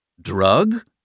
Drug